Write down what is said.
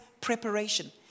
preparation